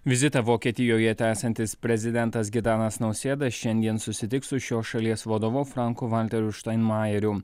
vizitą vokietijoje tęsiantis prezidentas gitanas nausėda šiandien susitiks su šios šalies vadovu franku valteriu štainmajeriu